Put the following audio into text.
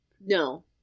No